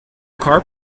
car